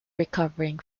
recovering